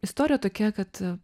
istorija tokia kad